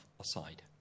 aside